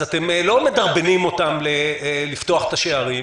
אז אתם לא מדרבנים אותם לפתוח את השערים,